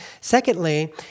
secondly